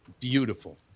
Beautiful